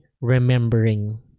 remembering